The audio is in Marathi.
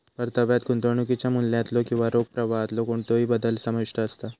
परताव्यात गुंतवणुकीच्या मूल्यातलो किंवा रोख प्रवाहातलो कोणतोही बदल समाविष्ट असता